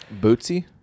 Bootsy